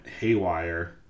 haywire